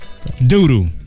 Doodoo